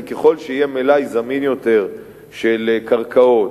כי ככל שיהיה מלאי זמין יותר של קרקעות,